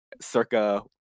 circa